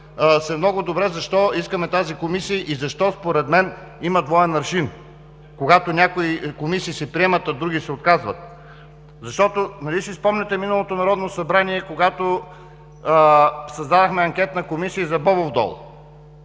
се много добре защо искаме тази Комисия и защо според мен има двоен аршин, когато някои комисии се приемат, а други се отказват. Нали си спомняте в миналото Народно събрание, когато създадохме Анкетна комисия за Бобов дол?!